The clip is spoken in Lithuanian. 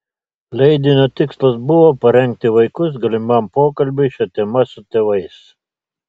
leidinio tikslas buvo parengti vaikus galimam pokalbiui šia tema su tėvais